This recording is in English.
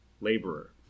laborer